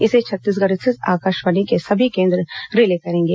इसे छत्तीसगढ़ स्थित आकाशवाणी के सभी केंद्र रिले करेंगे